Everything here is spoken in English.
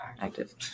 active